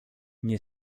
nie